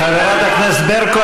חברת הכנסת ברקו,